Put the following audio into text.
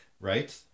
Right